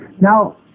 Now